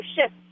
shift